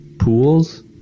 pools